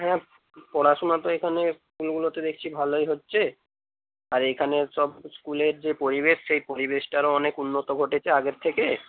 হ্যাঁ পড়াশুনো তো এখানে স্কুলগুলোতে দেখছি ভালোই হচ্ছে আর এইখানের সব স্কুলের যে পরিবেশ সেই পরিবেশটারও অনেক উন্নত ঘটেছে আগের থেকে